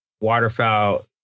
waterfowl